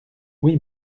oui